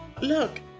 Look